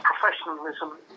professionalism